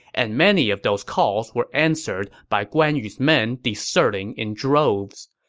and many of those calls were answered by guan yu's men deserting in droves.